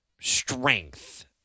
strength